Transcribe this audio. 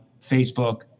Facebook